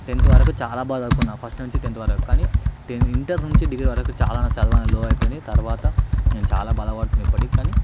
tenth వరకు చాలా బాగా చదువుకున్నా ఫస్టు నుంచి టెంత్ వరకు కానీ ఇంటర్ నుంచి డిగ్రీ వరకు చాలా చదువనేది లో అయిపోయినది తరువాత నే చాలా బాధపడుతున్న ఇప్పటికీ కానీ